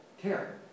care